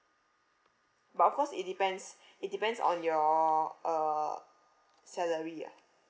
but of course it depends it depends on your uh salary ah